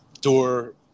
door